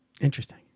Interesting